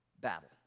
battle